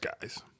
guys